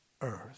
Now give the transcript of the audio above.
earth